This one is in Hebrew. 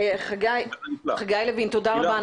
חגי לוין, תודה רבה.